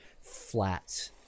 Flat